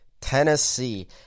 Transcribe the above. Tennessee